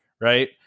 right